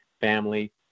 family